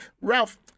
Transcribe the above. Ralph